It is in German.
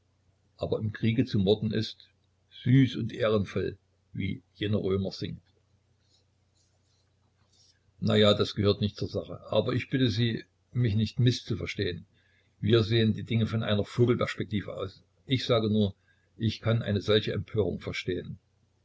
aber im kriege zu morden ist süß und ehrenvoll wie jener römer singt na ja das gehört nicht zur sache aber ich bitte sie mich nicht mißzuverstehen wir sehen die dinge von einer vogelperspektive aus ich sage nur ich kann eine solche empörung verstehen